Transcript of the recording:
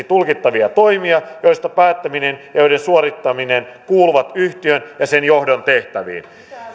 tulkittavia toimia joista päättäminen ja joiden suorittaminen kuuluvat yhtiön ja sen johdon tehtäviin